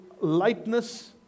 lightness